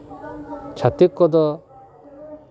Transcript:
ᱪᱷᱟᱹᱛᱤᱠ ᱠᱚᱫᱚ